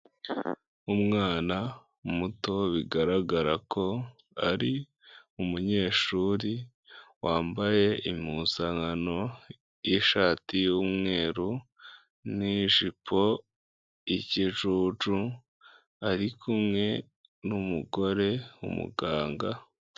Umwana muto bigaragara ko ari umunyeshuri, wambaye impuzankano y'ishati y'umweru, n'ijipo y'ikijuju, ari kumwe n'umugore w'umuganga.